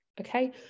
okay